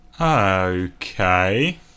Okay